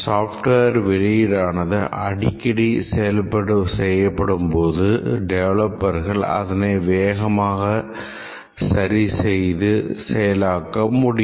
software வெளியீடானது அடிக்கடி செய்யப்படும்போது டெவலப்பர் அதனை வேகமாக சரிசெய்து செயலாக்க முடியும்